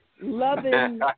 Loving